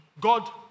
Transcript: God